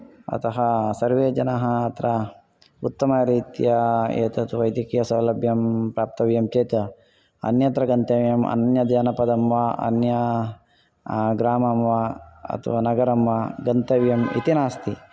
अतः सर्वे जनाः अत्र उत्तमरीत्या एतत् वैद्यकीयसौलभ्यं प्राप्तव्यं चेत् अन्यत्र गन्तव्यं अन्यजनपदं वा अन्य ग्रामं वा अथवा नगरं वा गन्तव्यम् इति नास्ति